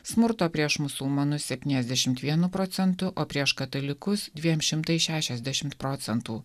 smurto prieš musulmonus septyniasdešimt vienu procentu o prieš katalikus dvien šimtais šešiasdešimt procentų